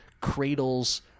cradles